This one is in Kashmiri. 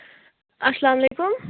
السلامُ علیکُم